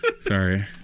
Sorry